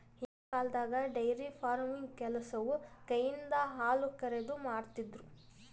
ಹಿಂದಿನ್ ಕಾಲ್ದಾಗ dairy farming ಕೆಲಸವು ಕೈಯಿಂದ ಹಾಲುಕರೆದು, ಮಾಡ್ತಿರು